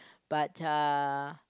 but uh